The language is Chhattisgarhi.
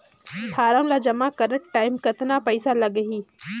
फारम ला जमा करत टाइम कतना पइसा लगही?